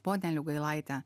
ponia liugailaite